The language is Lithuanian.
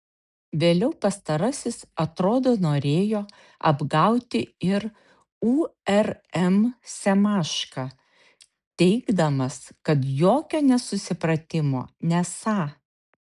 vėliau pastarasis atrodo norėjo apgauti ir urm semašką teigdamas kad jokio nesusipratimo nesą